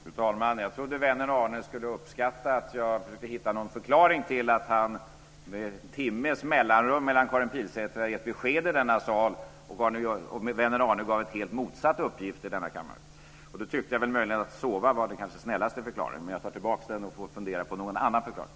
Fru talman! Jag trodde att vännen Arne skulle uppskatta att jag försökte hitta någon förklaring till att han en timme efter det att Karin Pilsäter här hade gett besked gav en helt motsatt uppgift i denna kammare. Jag tyckte att den kanske snällaste förklaringen var den att han hade sovit, men jag tar tillbaka den och får fundera på någon annan förklaring.